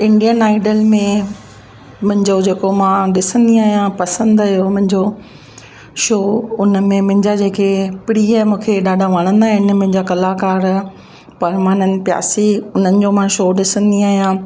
Indian Idol में मुंहिंजो जेको मां ॾिसंदी आहियां पसंदि जो मुंहिंजो शो उन में मुंहिंजा जेके प्रिय मूंखे ॾाढा वणंदा आहिनि मुंहिंजा कलाकार परमानंद प्यासी उन्हनि जो मां शो ॾिसंदी आहियां